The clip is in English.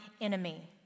enemy